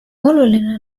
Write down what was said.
oluline